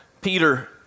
peter